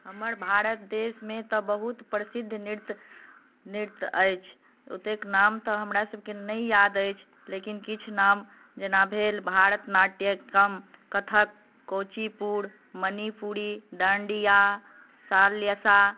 हमर भारत देशमे तऽ बहुत प्रसिद्ध नृत्य नृत्य अछि ओत्तेक नाम तऽ हमरासभके नहि याद अछि लेकिन किछु नाम जेना भेल भरत नाट्यम कत्थक कुचीपुरी मणिपुरी डाँड्या सालसा